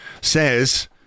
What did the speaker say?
says